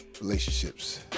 relationships